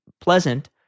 pleasant